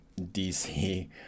DC